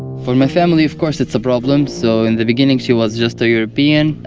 for my family, of course, it's a problem. so in the beginning, she was just a european,